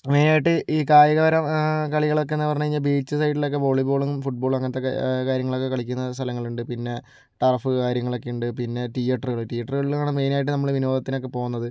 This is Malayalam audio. മെയ്നായിട്ട് ഈ കായികപരം കളികൾ ഒക്കെയെന്ന് പറഞ്ഞു കഴിഞ്ഞാൽ ബീച്ച് സൈഡിലൊക്കെ വോളിബോളും ഫുട്ബോളും അങ്ങനത്തെയൊക്കെ കാര്യങ്ങളൊക്കെ കളിക്കുന്ന സ്ഥലങ്ങളുണ്ട് പിന്നെ ടർഫ് കാര്യങ്ങളൊക്കെ ഉണ്ട് പിന്നെ തിയേറ്ററുകൾ തിയേറ്ററുകളിലാണ് മെയിനായിട്ട് നമ്മൾ വിനോദത്തിനൊക്കെ പോകുന്നത്